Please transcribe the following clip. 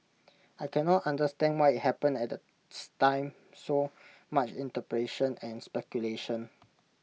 I can not understand why IT happened at this time so much interpretation and speculation